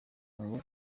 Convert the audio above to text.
ngo